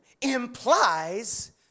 implies